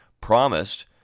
promised